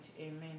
amen